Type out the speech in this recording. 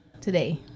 today